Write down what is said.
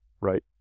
right